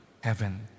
heaven